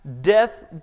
death